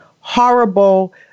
horrible